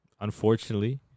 Unfortunately